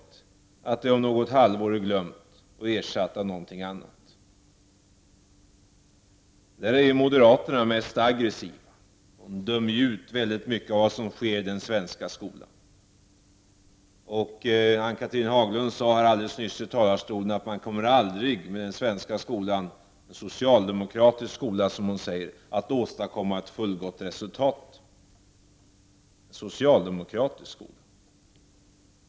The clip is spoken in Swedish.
Är det glömt om ett halvår och ersatt av något annat? Moderaterna är mest aggressiva och dömer ut mycket av det som sker i den svenska skolan. Ann-Cathrine Haglund sade nyss att man aldrig i den svenska skolan — den socialdemokratiska, som hon säger — kommer att kunna åstadkomma ett fullgott resultat. Socialdemokratisk skola!